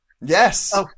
Yes